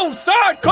so start! cook,